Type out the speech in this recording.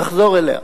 נחזור אליה.